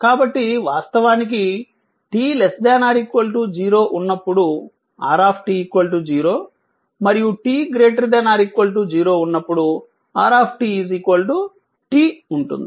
కాబట్టి వాస్తవానికి t ≤ 0 ఉన్నప్పుడు r 0 మరియు t ≥ 0 ఉన్నప్పుడు r t ఉంటుంది